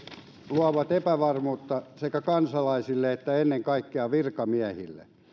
luovat epävarmuutta sekä kansalaisille että ennen kaikkea virkamiehille